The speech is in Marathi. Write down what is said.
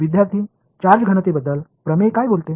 विद्यार्थीः चार्ज घनतेबद्दल प्रमेय काय बोलते